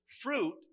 fruit